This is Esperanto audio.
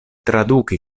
traduki